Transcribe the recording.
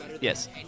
Yes